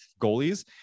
goalies